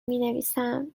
مینویسم